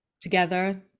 together